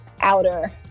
outer